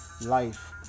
life